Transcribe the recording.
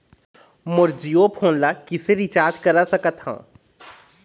मोर Jio phone ला किसे recharge करा सकत हवं?